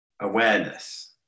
awareness